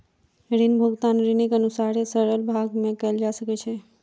ऋण भुगतान ऋणीक अनुसारे सरल भाग में कयल जा सकै छै